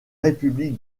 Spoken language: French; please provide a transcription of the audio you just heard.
république